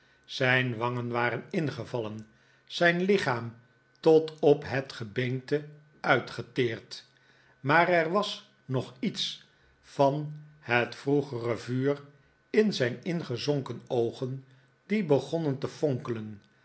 zijn wangen waren ingevallen zijn lichaam tot op het gebeente uitgeteerd maar er was nog iets van het vroegere vuur in zijn ingezonken oogen die begonnen te fonkelen